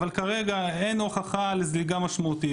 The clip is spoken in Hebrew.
אבל כרגע אין הוכחה לזליגה משמעותית.